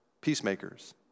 peacemakers